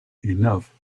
enough